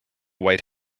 white